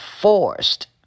forced